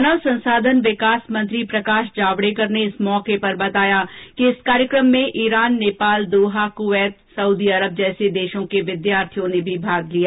मानव संसाधन विकास मंत्री प्रकाश जावड़ेकर ने इस अवसर पर बताया कि इस कार्यक्रम में Iran Nepal Doha Kuwait Saudi Arab जैसे देशों से भी विद्यार्थियों ने भाग लिया